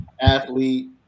Athlete